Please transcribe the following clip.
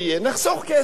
נחסוך כסף.